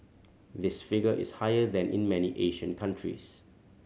this figure is higher than in many Asian countries